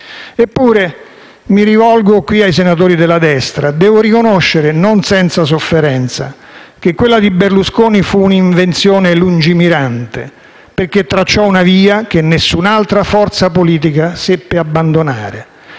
Eppure - mi rivolgo ai senatori della destra - devo riconoscere, non senza sofferenza, che quella di Berlusconi fu un'invenzione lungimirante, perché tracciò una via che nessun'altra forza politica seppe abbandonare.